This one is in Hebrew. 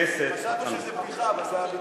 חשבנו שזו בדיחה, אבל זה אמיתי.